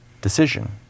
decision